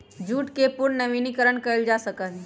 jute के पुनर्नवीनीकरण कइल जा सका हई